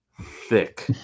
thick